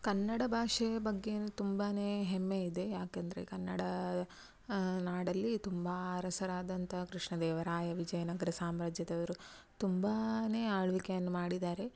ಕನ್ನಡ ಭಾಷೆಯ ಬಗ್ಗೆ ನಂಗೆ ತುಂಬಾ ಹೆಮ್ಮೆ ಇದೆ ಯಾಕಂದ್ರೆ ಕನ್ನಡ ನಾಡಲ್ಲಿ ತುಂಬ ಅರಸರಾದಂಥ ಕೃಷ್ಣದೇವರಾಯ ವಿಜಯನಗರ ಸಾಮ್ರಾಜ್ಯದವರು ತುಂಬಾ ಆಳ್ವಿಕೆಯನ್ನು ಮಾಡಿದಾರೆ